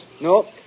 No